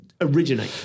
originate